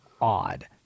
odd